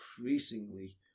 increasingly